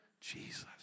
Jesus